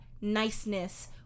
niceness